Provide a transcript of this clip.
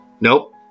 Nope